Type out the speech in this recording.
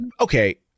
okay